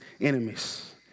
enemies